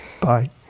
Bye